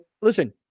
listen